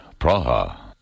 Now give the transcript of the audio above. Praha